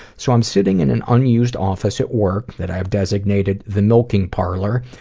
so i am sitting in an unused office at work, that i have designated the milking parlor,